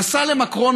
נסע למקרון,